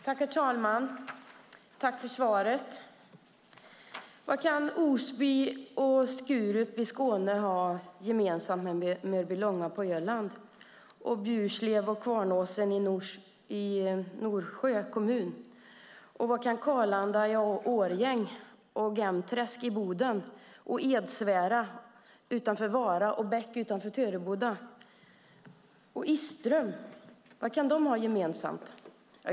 Herr talman! Tack för svaret! Vad kan Osby och Skurup i Skåne ha gemensamt med Mörbylånga på Öland och Bjurslöv med Kvarnåsen i Norsjö kommun? Vad kan Karlanda i Årjäng, Gemträsk i Boden, Edsvära utanför Vara, Bäck utanför Töreboda och Istrum ha gemensamt?